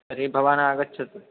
तर्हि भवानागच्छतु